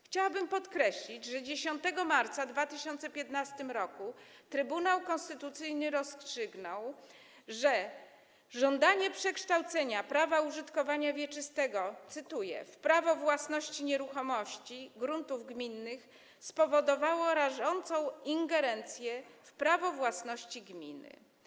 Chciałabym pokreślić, że 10 marca 2015 r. Trybunał Konstytucyjny rozstrzygnął, że żądanie przekształcenia prawa użytkowania wieczystego w prawo własności nieruchomości gruntów gminnych spowodowało rażącą ingerencję w prawo własności gminy.